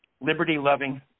liberty-loving